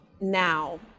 now